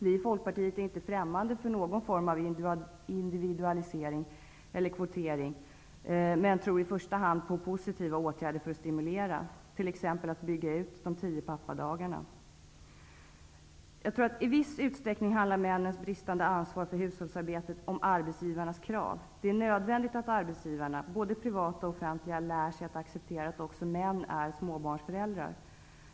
Vi i Folkpartiet är inte främmande för någon form av individualisering eller kvotering, men tror i första hand på positiva åtgärder för att stimulera, t.ex. att bygga ut de tio pappadagarna. Jag tror att männens bristande ansvar för hushållsarbete i viss utsträckning beror på arbetsgivarnas krav. Det är nödvändigt att arbetsgivare, privata såväl som offentliga, lär sig att acceptera att också män är småbarnföräldrar.